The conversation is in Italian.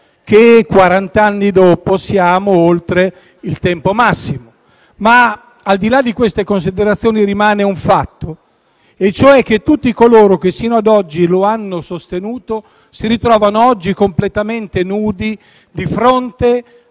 che quarant'anni dopo siamo oltre il tempo massimo. Ma, al di là di queste considerazioni, rimane un fatto: tutti coloro che sino ad oggi lo hanno sostenuto si ritrovano oggi completamente nudi di fronte